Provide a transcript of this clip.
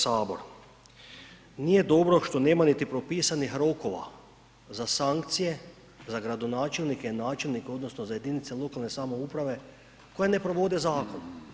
Nije dobro što nema niti propisanih rokova za sankcije za gradonačelnike i načelnike odnosno za jedinice lokalne samouprave koje ne provode zakon.